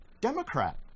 Democrat